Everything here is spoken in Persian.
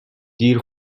دیر